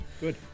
good